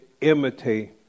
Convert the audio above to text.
imitate